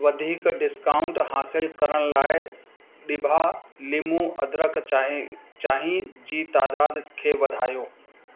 वधीक डिस्काउंट हासिलु करण लाइ ॾिभा लिमूं अदरक चाहें चांहि जी तादादु खे वधायो